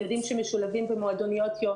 ילדים שמשולבים במועדוניות יום,